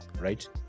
right